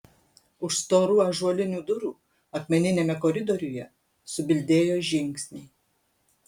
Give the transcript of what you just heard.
už storų ąžuolinių durų akmeniniame koridoriuje subildėjo žingsniai